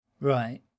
right